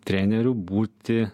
treneriu būti